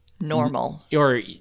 Normal